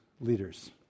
leaders